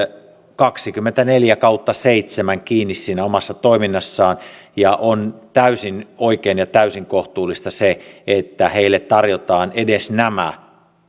kaksikymmentäneljä kautta seitsemän kiinni siinä omassa toiminnassaan ja on täysin oikein ja täysin kohtuullista että heille tarjotaan edes nämä